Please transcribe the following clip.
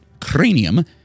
cranium